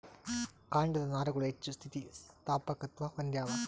ಕಾಂಡದ ನಾರುಗಳು ಹೆಚ್ಚು ಸ್ಥಿತಿಸ್ಥಾಪಕತ್ವ ಹೊಂದ್ಯಾವ